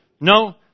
no